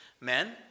men